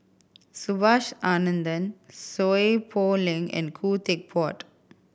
Subhas Anandan Seow Poh Leng and Khoo Teck Puat